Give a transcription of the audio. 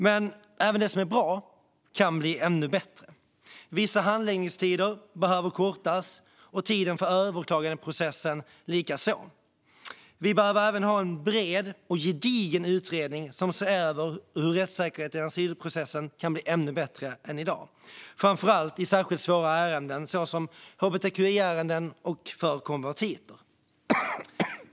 Men även det som är bra kan bli ännu bättre. Vissa handläggningstider behöver kortas, liksom tiden för överklagandeprocessen. Vi behöver även en bred och gedigen utredning som ser över hur rättssäkerheten i asylprocessen kan bli ännu bättre än i dag, framför allt i särskilt svåra ärenden såsom hbtqi-ärenden och ärenden som gäller konvertiter.